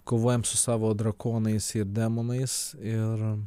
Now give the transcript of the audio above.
kovojam su savo drakonais ir demonais ir